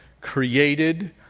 created